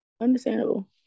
Understandable